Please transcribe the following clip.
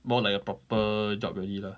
more like a proper job already lah